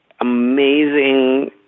amazing